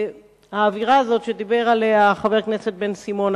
האווירה הזאת שדיבר עליה חבר הכנסת בן-סימון,